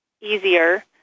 easier